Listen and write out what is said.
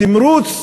התמרוץ